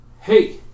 hey